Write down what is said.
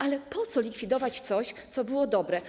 Ale po co likwidować coś, co było dobre?